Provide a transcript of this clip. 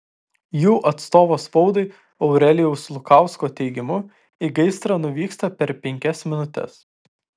jų atstovo spaudai aurelijaus lukausko teigimu į gaisrą nuvykta per penkias minutes